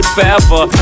forever